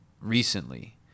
recently